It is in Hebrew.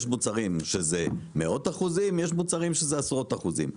יש מוצרים זה מאות אחוזים ויש מוצרים שזה עשרות אחוזים.